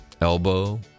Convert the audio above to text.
Elbow